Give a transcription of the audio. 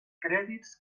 crèdits